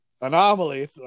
Anomaly